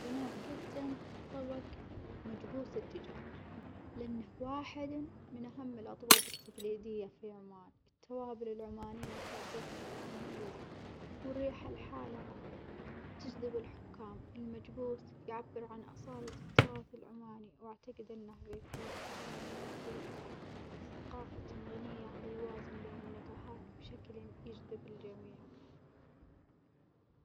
أنا بجدم طبج مجبوس الدجاج لأنه واحدٍ من أهم الأطباج التجليدية في عمان، التوابل العمانية تعطيه نكهة مميزة والريحة لحالها تجذب الحكام، المجبوس يعبر عن أصالة التراث العماني وأعتجد إنه بيفوز، لأنه يمثل ثقافة غنية ويوازن بين النكهات بشكلٍ يجذب الجميع.